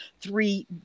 three